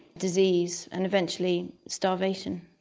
disease and eventually starvation.